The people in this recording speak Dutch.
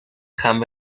gaan